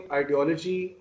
ideology